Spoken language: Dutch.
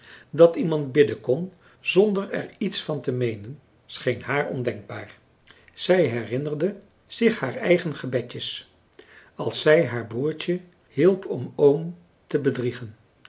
dat iemand bidden kon zonder er iets van te meenen scheen haar ondenkbaar zij herinnerde zich haar eigen gebedjes als zij haar broertje hielp om oom te bedriegen